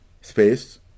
space